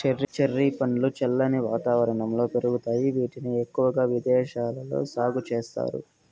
cherry పండ్లు చల్లని వాతావరణంలో పెరుగుతాయి, వీటిని ఎక్కువగా విదేశాలలో సాగు చేస్తారు